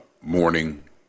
morning